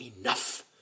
enough